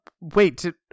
Wait